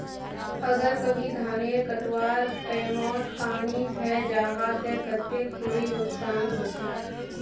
अगर कभी धानेर कटवार टैमोत पानी है जहा ते कते खुरी नुकसान होचए?